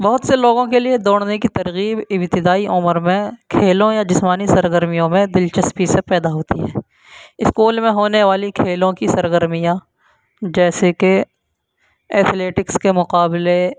بہت سے لوگوں کے لیے دوڑنے کی ترغیب ابتدائی عمر میں کھیلوں یا جسمانی سرگرمیوں میں دلچسپی سے پیدا ہوتی ہے اسکول میں ہونے والی کھیلوں کی سرگرمیاں جیسے کہ ایتھلیٹکس کے مقابلے